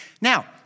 Now